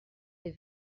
des